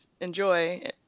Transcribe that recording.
enjoy